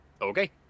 Okay